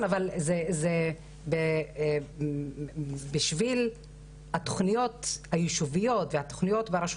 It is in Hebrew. אבל זה בשביל התוכניות היישוביות והתוכניות ברשות